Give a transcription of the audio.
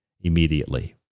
immediately